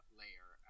layer